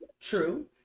true